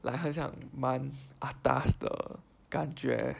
like 很像蛮 atas 的感觉